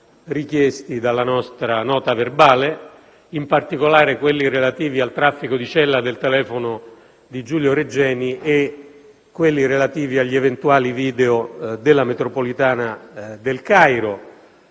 richiesti dalla nostra nota verbale, quelli relativi al traffico di cella del telefono di Giulio Regeni e quelli relativi agli eventuali video della metropolitana del Cairo,